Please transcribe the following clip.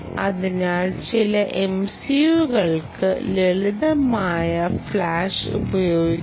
അതിനാൽ ചില MCUകൾക്ക് ലളിതമായ ഫ്ലാഷ് ഉപയോഗിക്കാം